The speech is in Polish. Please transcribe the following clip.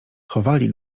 chowali